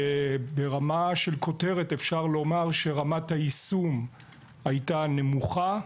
ברמה של כותרת אפשר לומר שרמת היישום הייתה נמוכה,